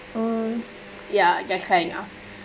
mm ya that's right now